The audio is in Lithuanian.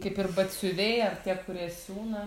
kaip ir batsiuviai ar tie kurie siūna